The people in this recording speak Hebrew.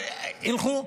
ילכו.